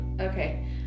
Okay